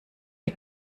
ihr